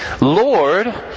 Lord